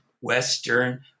Western